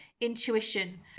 intuition